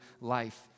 life